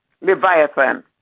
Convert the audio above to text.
Leviathan